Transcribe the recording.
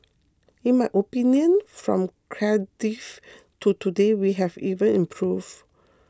in my opinion from Cardiff to today we have even improved